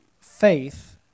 faith